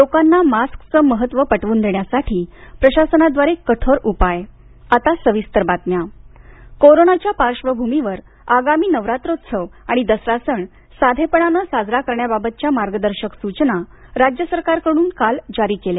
लोकांना मास्कचं महत्व पटवून देण्यासाठी प्रशासनाद्वारे कठोर उपाय इंट्रो नवरात्रोत्सव मार्गदर्शक सूचना कोरोनाच्या पार्श्वभूमीवर आगामी नवरात्रोत्सव आणि दसरा सण साधेपणानं साजरा करण्याबाबतच्या मार्गदर्शक सूचना राज्य सरकारनं काल जारी केल्या